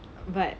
but